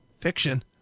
fiction